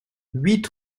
huit